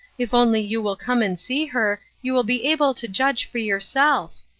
if only you will come and see her, you will be able to judge for yourself.